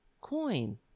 coin